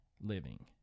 living